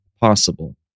possible